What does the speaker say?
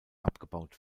abgebaut